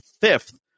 fifth